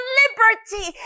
liberty